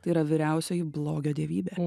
tai yra vyriausioji blogio dievybė